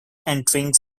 entering